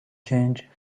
change